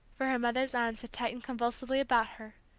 for her mother's arms had tightened convulsively about her,